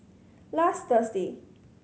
last Thursday